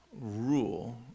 rule